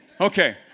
Okay